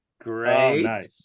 great